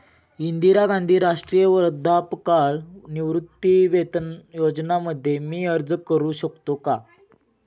इंदिरा गांधी राष्ट्रीय वृद्धापकाळ निवृत्तीवेतन योजना मध्ये मी अर्ज का करू शकतो का?